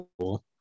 cool